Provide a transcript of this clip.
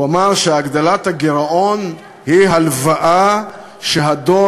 הוא אמר שהגדלת הגירעון היא הלוואה שהדור